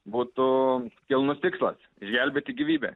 butų kilnus tikslas išgelbėti gyvybę